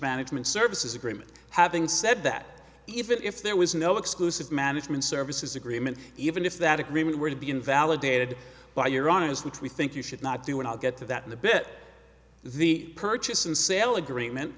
management services agreement having said that even if there was no exclusive management services agreement even if that agreement were to be invalidated by your honest which we think you should not do and i'll get to that in a bit the purchase and sale agreement